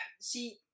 see